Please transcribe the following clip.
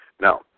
Now